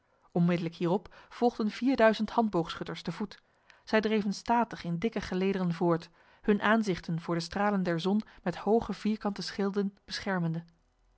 hierop volgden vierduizend handboogschutters te voet zij dreven statig in dikke gelederen voort hun aanzichten voor de stralen der zon met hoge vierkante schilden beschermende